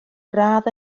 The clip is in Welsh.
radd